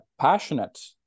passionate